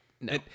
No